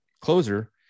closer